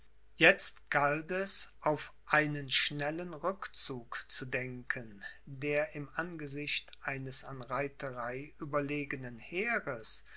jetzt galt es auf einen schnellen rückzug zu denken der im angesicht eines an reiterei überlegenen heeres